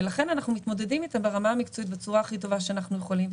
ולכן אנחנו מתמודדים איתם ברמה המקצועית בצורה הכי טובה שאנחנו יכולים.